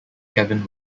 kevin